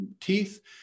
teeth